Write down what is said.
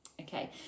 Okay